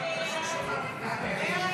הסתייגות 43 לא נתקבלה.